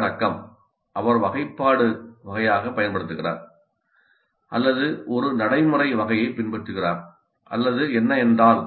உள்ளடக்கம் அவர் வகைப்பாடு வகையாக வகைப்படுத்துகிறார் அல்லது ஒரு நடைமுறை வகையைப் பின்பற்றுகிறார் அல்லது 'என்ன என்றால்'